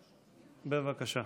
בבקשה.